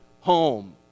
home